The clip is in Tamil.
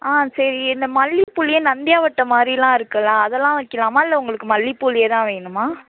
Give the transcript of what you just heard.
ஆ சரி இந்த மல்லிப்பூலியே நந்தியாவட்டம் மாதிரிலாம் இருக்குதுல்ல அதெலாம் வைக்கலாமா இல்லை உங்களுக்கு மல்லிப்பூவிலியே தான் வேணுமா